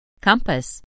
Compass